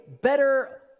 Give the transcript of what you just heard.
better